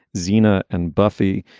xena and buffy,